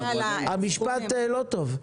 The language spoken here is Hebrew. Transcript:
המשפט לא טוב.